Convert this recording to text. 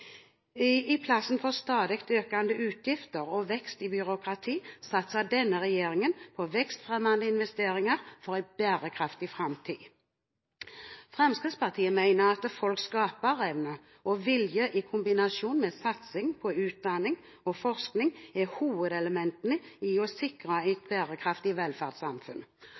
lenge. I plassen for stadig økende utgifter og vekst i byråkrati, satser denne regjeringen på vekstfremmende investeringer for en bærekraftig framtid. Fremskrittspartiet mener at folks skaperevne og -vilje, i kombinasjon med satsing på utdanning og forskning, er hovedelementene for å sikre et bærekraftig velferdssamfunn.